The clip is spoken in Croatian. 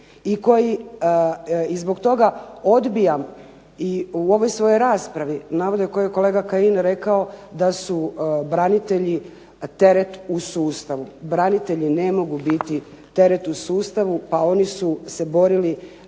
i koja, i zbog toga odbijam i u ovoj svojoj raspravi …/Ne razumije se./… kolega Kajin rekao da su branitelji teret u sustavu. Branitelji ne mogu biti teret u sustavu, pa oni su se borili